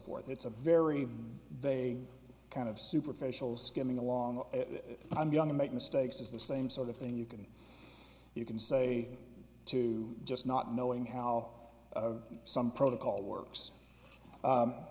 forth it's a very they kind of superficial skimming along that i'm young and make mistakes it's the same sort of thing you can you can say to just not knowing how some protocol works